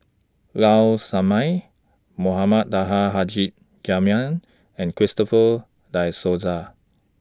Low Sanmay Mohamed Taha Haji Jamil and Christopher Die Souza